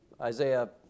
Isaiah